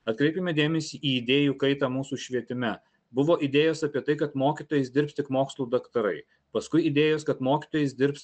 atkreipkime dėmesį į idėjų kaitą mūsų švietime buvo idėjos apie tai kad mokytojais dirbs tik mokslų daktarai paskui idėjos kad mokytojais dirbs